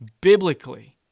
biblically